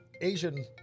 Asian